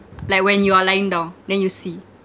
like when you are lying down then you see